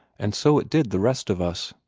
and so it did the rest of us.